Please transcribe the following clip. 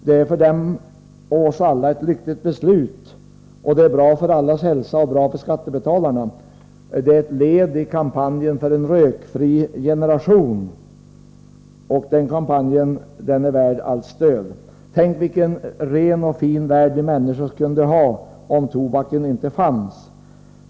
Det är för dem och oss alla ett lyckligt beslut — det är bra för allas hälsa och det är bra för skattebetalarna. Det är ett led i kampanjen för en rökfri generation. Den kampanjen är värd allt stöd. Tänk vilken ren och fin värld vi människor kunde ha om tobaken inte fanns!